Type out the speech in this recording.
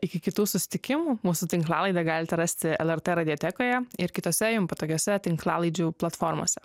iki kitų susitikimų mūsų tinklalaidę galite rasti lrt radiotekoje ir kitose jum patogiose tinklalaidžių platformose